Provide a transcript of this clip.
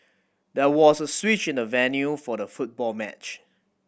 there was a switch in the venue for the football match